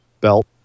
belt